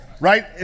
Right